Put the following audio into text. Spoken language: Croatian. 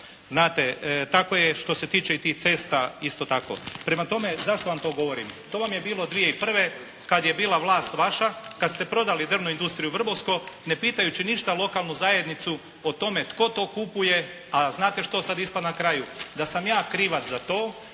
Znate tako je što se tiče i tih cesta isto tako. Prema tome zašto vam to govorim? To vam je bilo 2001. kada je bila vlast vaša, kada ste prodali Drvnu industriju Vrbovsko ne pitajući ništa lokalnu zajednicu o tome tko to kupuje, a znate što sada ispada na kraju, da sam ja krivac za to,